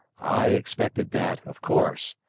i expected that, of course,